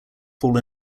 fall